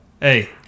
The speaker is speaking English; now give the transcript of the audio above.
Hey